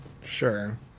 Sure